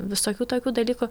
visokių tokių dalykų